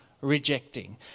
rejecting